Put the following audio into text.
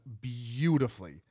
beautifully